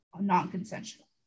non-consensual